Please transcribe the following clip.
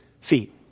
feet